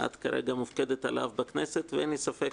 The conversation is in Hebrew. את כרגע מופקדת עליו בכנסת ואין לי ספק